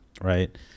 right